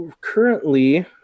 currently